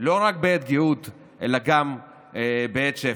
לא רק בעת גאות אלא גם בעת שפל.